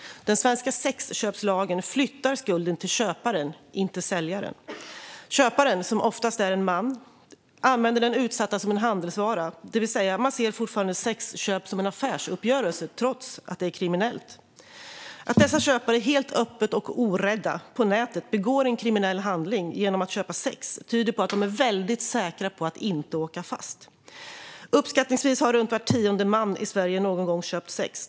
Den svenska sexköpslagen flyttar skulden till köparen i stället för att lägga den på säljaren. Köparen, som oftast är en man, använder den utsatta som en handelsvara. Det vill säga att man fortfarande ser sexköp som en affärsuppgörelse, trots att det är kriminellt. Att dessa köpare orädda och helt öppet på nätet begår en kriminell handling genom att köpa sex tyder på att de är väldigt säkra på att inte åka fast. Uppskattningsvis har runt var tionde man i Sverige någon gång köpt sex.